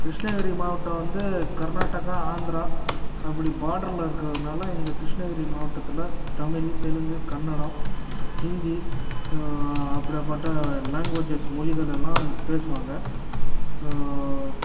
கிருஷ்ணகிரி மாவட்டம் வந்து கர்நாடகா ஆந்த்ரா அப்படி பார்டர்ல இருக்கிறதுனால எங்கள் கிருஷ்ணகிரி மாவட்டத்தில் தமிழ் தெலுங்கு கன்னடம் ஹிந்தி அப்டியாப்பட்ட லாங்குவேஜஸ் மொழிகள் எல்லாம் பேசுவாங்க